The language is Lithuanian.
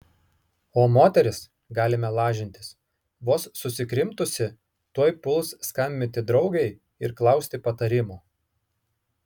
o moteris galime lažintis vos susikrimtusi tuoj puls skambinti draugei ir klausti patarimo